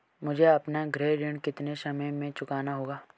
मुझे अपना गृह ऋण कितने समय में चुकाना होगा?